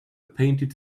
painted